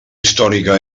històrica